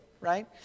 right